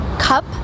cup